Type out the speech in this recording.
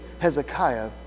Hezekiah